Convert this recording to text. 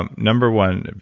um number one, and